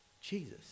Jesus